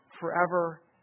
forever